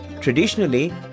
traditionally